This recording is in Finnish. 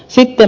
hoskonen